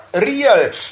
real